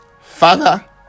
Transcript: Father